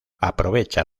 aprovecha